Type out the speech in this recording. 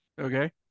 Okay